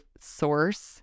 source